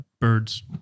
birds